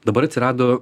dabar atsirado